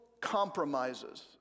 compromises